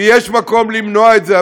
כי יש מקום למנוע את זה.